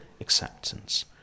acceptance